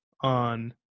on